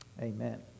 Amen